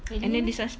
really meh